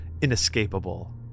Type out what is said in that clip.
Inescapable